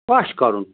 کیٛاہ چھِ کرُن